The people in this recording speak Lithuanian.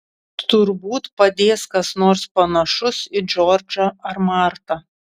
turbūt padės kas nors panašus į džordžą ar martą